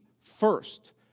first